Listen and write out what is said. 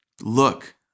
Look